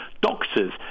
doctors